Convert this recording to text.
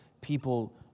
people